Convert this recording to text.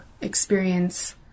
experience